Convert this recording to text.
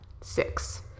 Six